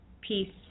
peace